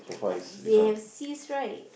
but they have cyst right